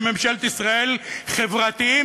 בממשלת ישראל: חברתיים,